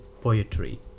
poetry